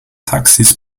taxis